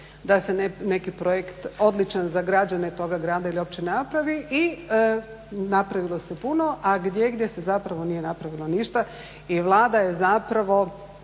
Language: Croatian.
da se neki projekt odličan za građane toga grada ili općine napravi i napravilo se puno, a gdjegdje se zapravo nije napravilo ništa i Vlada je zapravo